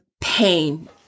pain